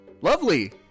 Lovely